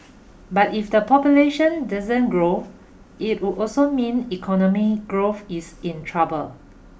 but if the population doesn't grow it would also mean economy growth is in trouble